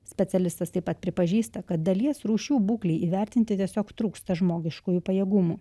specialistas taip pat pripažįsta kad dalies rūšių būklei įvertinti tiesiog trūksta žmogiškųjų pajėgumų